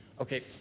Okay